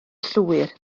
llwyr